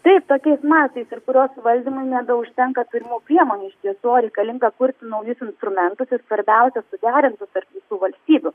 taip tokiais mastais ir kurios valdymui nebeužtenka pirmų priemonių o iš tiesų reikalinga kurti naujus instrumentus ir svarbiausia suderinti sutartį su valstybių